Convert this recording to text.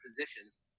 positions